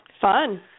Fun